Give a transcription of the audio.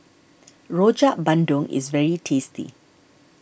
Rojak Bandung is very tasty